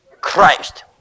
Christ